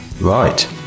right